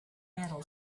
metal